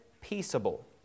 peaceable